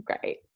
great